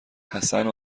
حسن